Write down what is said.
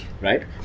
right